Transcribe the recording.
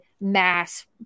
mass